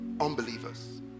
unbelievers